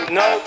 no